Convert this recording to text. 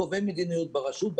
קובעי מדיניות ברשות,